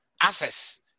access